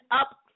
up